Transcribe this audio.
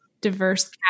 diverse